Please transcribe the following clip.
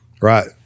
right